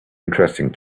interesting